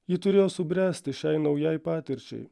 ji turėjo subręsti šiai naujai patirčiai